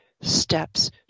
steps